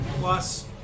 plus